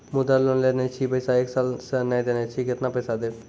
मुद्रा लोन लेने छी पैसा एक साल से ने देने छी केतना पैसा देब?